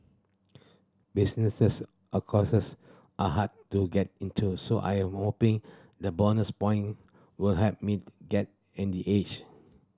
businesses a courses are hard to get into so I am hoping the bonus point will help me get any edge